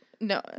No